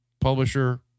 Publisher